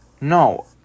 No